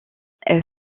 elles